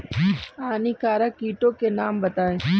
हानिकारक कीटों के नाम बताएँ?